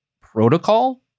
protocol